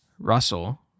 Russell